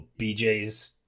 BJ's